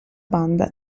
banda